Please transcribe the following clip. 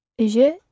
Je